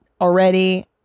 already